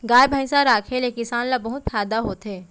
गाय भईंस राखे ले किसान ल बहुत फायदा हे